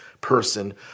person